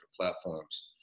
platforms